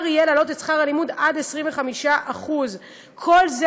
יהיה להעלות את שכר הלימוד עד 25%. כל זה,